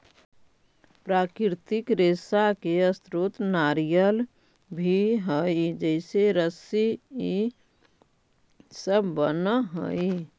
प्राकृतिक रेशा के स्रोत नारियल भी हई जेसे रस्सी इ सब बनऽ हई